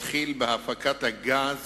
תתחיל הפקת הגז